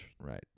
Right